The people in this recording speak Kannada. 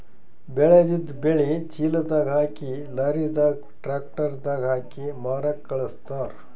ಬೆಳೆದಿದ್ದ್ ಬೆಳಿ ಚೀಲದಾಗ್ ಹಾಕಿ ಲಾರಿದಾಗ್ ಟ್ರ್ಯಾಕ್ಟರ್ ದಾಗ್ ಹಾಕಿ ಮಾರಕ್ಕ್ ಖಳಸ್ತಾರ್